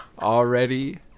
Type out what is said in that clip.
already